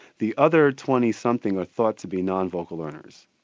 the other twenty something are thought to be non-vocal learners.